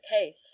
case